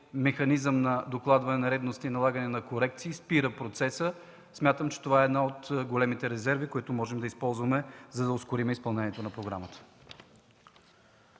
механизъм на докладване на нередности и налагане на корекции спира процеса? Смятам, че това е една от големите резерви, които можем да използваме, за да ускорим изпълнението на програмата.